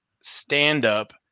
stand-up